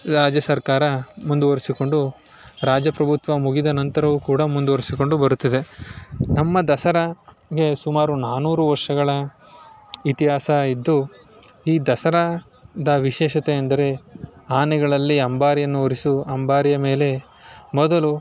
ರಾಜ್ಯ ಸರ್ಕಾರ ಮುಂದುವರೆಸಿಕೊಂಡು ರಾಜ್ಯ ಪ್ರಭುತ್ವ ಮುಗಿದ ನಂತರವೂ ಕೂಡ ಮುಂದುವರಿಸಿಕೊಂಡು ಬರುತ್ತಿದೆ ನಮ್ಮ ದಸರಾಗೆ ಸುಮಾರು ನಾನ್ನೂರು ವರ್ಷಗಳ ಇತಿಹಾಸ ಇದ್ದು ಈ ದಸರಾದ ವಿಶೇಷತೆ ಎಂದರೆ ಆನೆಗಳಲ್ಲಿ ಅಂಬಾರಿಯನ್ನು ಅಂಬಾರಿಯ ಮೇಲೆ ಮೊದಲು